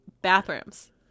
bathrooms